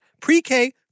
pre-K